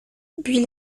buis